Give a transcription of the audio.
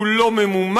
הוא לא ממומש.